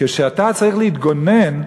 כשאתה צריך להתגונן,